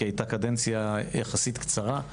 כי היתה קדנציה יחסית קצרה.